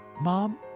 Mom